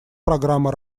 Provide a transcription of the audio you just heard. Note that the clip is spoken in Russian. программы